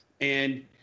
And-